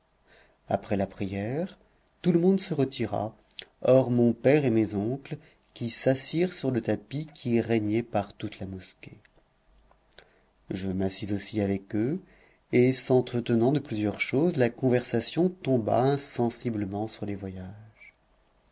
après la prière tout le monde se retira hors mon père et mes oncles qui s'assirent sur le tapis qui régnait par toute la mosquée je m'assis aussi avec eux et s'entretenant de plusieurs choses la conversation tomba insensiblement sur les voyages